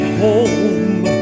home